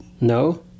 No